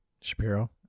Shapiro